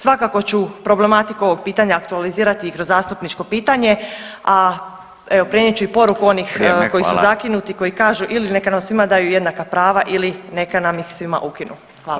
Svakako ću problematiku ovog pitanja aktualizirati i kroz zastupničko pitanje, a evo [[Upadica Radin: Vrijeme, hvala.]] poruku onih koji su zakinuti koji kažu ili neka nam svima daju jednaka prava ili neka nam ih svima ukinu.